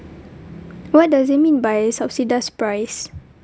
what does it mean by subsidized price